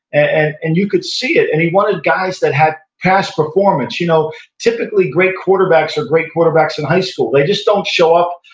and and you could see it, and he wanted guys that had past performance. you know typically great quarterbacks are great quarterbacks in high school. they just don't show up,